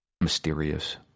mysterious